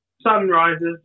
sunrises